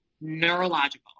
neurological